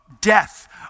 death